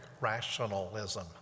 rationalism